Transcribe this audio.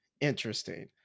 interesting